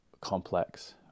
complex